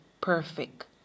perfect